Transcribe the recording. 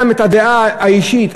גם את הדעה האישית,